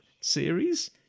series